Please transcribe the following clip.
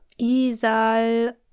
Isal